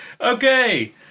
Okay